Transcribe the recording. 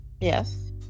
Yes